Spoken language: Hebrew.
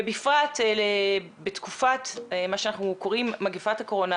ובפרט בתקופת מה שאנחנו קוראים מגפת הקורונה.